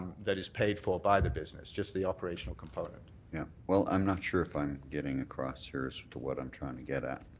that is paid for by the business. just the operational component. yeah, well, i'm not sure if i'm getting across here as to what i'm trying to get at.